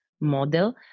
model